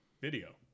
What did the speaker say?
video